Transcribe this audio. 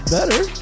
Better